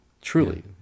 truly